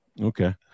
Okay